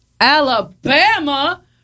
Alabama